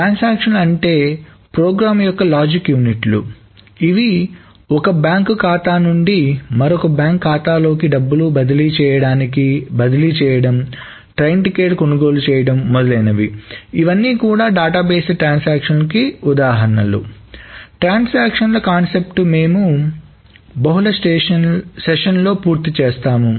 ట్రాన్సాక్షన్ల కాన్సెప్ట్ను మేము బహుళ సెషన్లులో పూర్తి చేస్తాము